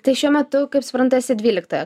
tai šiuo metu kaip suprantu esi dvyliktoje